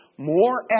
More